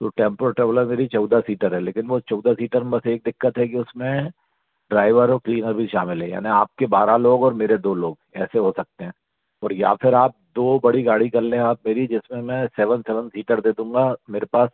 तो tempo traveller मे भी चौदह सीटर है लेकिन वो चौदह सीटर में बस एक दिक्कत है कि उसमें ड्राइवरों और क्लीनर भी अभी शामिल है यानी आपके बारह लोग और मेरे दो लोग ऐसे हो सकते हैं और या आप फिर दो बड़ी गाड़ी कर लें आप मेरी जेप्सी में सेवेन सेवेन सीटर दे दूँगा मेरे पास